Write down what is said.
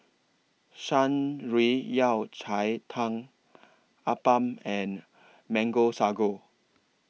Shan Rui Yao Cai Tang Appam and Mango Sago